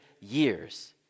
years